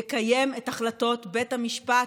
יקיים את החלטות בית המשפט,